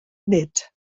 nid